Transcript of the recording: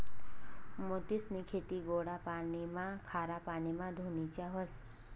मोतीसनी खेती गोडा पाणीमा, खारा पाणीमा धोनीच्या व्हस